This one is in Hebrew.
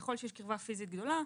ככל שיש קרבה פיזית גדולה.